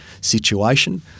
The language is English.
situation